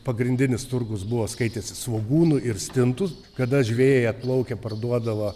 pagrindinis turgus buvo skaitėsi svogūnų ir stintų kada žvejai atplaukę parduodavo